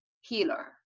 healer